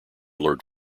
lord